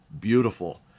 beautiful